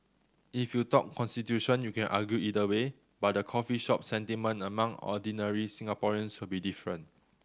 if you talk constitution you can argue either way but the coffee shop sentiment among ordinary Singaporeans will be different